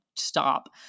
stop